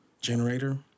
generator